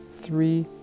three